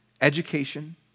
education